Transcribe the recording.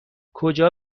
کجا